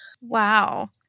Wow